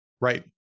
Right